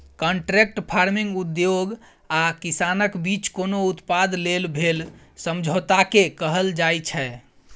contract farming उद्योग आ किसानक बीच कोनो उत्पाद लेल भेल समझौताकेँ कहल जाइ छै